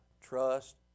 trust